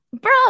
Bro